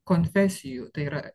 konfesijų tai yra